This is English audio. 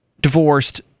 divorced